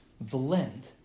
blend